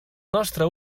nostra